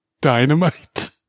dynamite